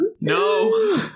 No